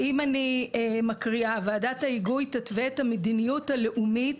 ואם אני מקריאה "ועדת ההיגוי תתווה את המדיניות הלאומית